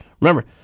Remember